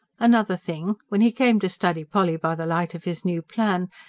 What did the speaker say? another thing when he came to study polly by the light of his new plan,